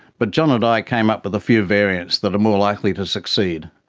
but john and i came up with a few variants that are more likely to succeed.